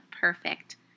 perfect